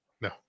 No